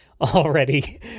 already